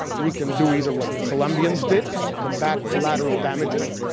we can do either what the colombians did, combat collateral damages.